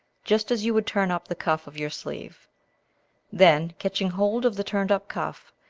just as you would turn up the cuff of your sleeve then, catching hold of the turned-up cuff,